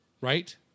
Right